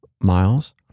Miles